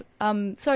sorry